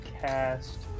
cast